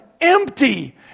empty